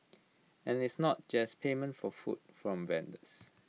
and it's not just payment for food from vendors